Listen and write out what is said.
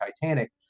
Titanic